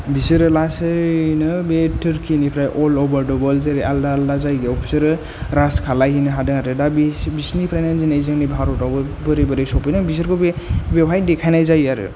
बिसोरो लासैनो बे टुर्किनिफ्राय अल अभार डा वर्ल्ड जेरै आलदा आलदा जायगायाव बिसोरो राज खालायहैनो हादों आरो दा बिसोरनिफ्रायनो दिनै जोंनि भारतावबो बोरै बोरै सफैदों बिसोरखौ बे बेवहाय देखायनाय जायो आरो